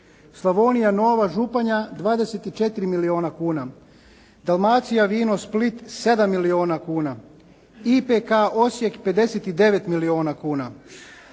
Slavonija nova Županja 24 milijuna kuna, Dalmacija vino Split 7 milijuna kuna, IPK Osijek 59 milijuna kuna